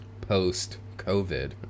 post-COVID